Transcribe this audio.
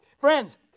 Friends